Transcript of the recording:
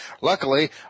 Luckily